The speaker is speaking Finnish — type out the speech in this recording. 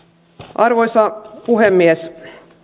arvoisa puhemies